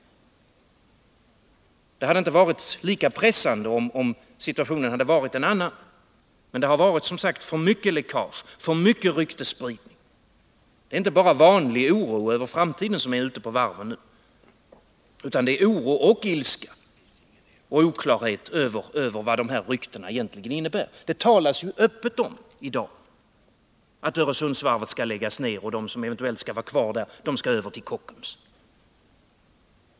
Det hade inte varit lika pressande om situationen hade varit en annan. Men det har som sagt förekommit för mycket läckage. för mycket ryktesspridning. Det är inte bara vanlig oro som människorna ute på varven nu känner, utan det är oro och ilska. De är inte på det klara med vad dessa rykten egentligen innebär. Det talas ju i dag öppet om att Öresundsvarvet skall läggas ned och att de som eventuellt blir kvar där skall över till Kockums.